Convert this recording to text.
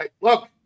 look